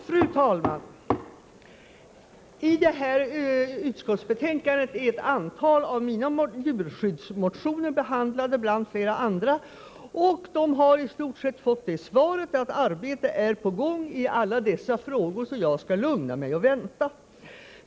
Fru talman! I detta utskottsbetänkande är ett antal av mina djurskyddsmotioner behandlade bland flera andra, och de har i stort sett fått svaret att arbete är på gång i alla dessa frågor, så jag skall lugna mig och vänta.